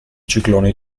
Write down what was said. cicloni